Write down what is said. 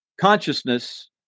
consciousness